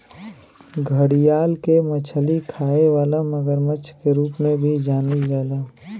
घड़ियाल के मछली खाए वाला मगरमच्छ के रूप में भी जानल जाला